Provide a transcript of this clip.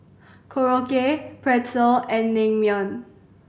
Korokke Pretzel and Naengmyeon